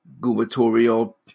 gubernatorial